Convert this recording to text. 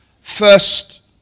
first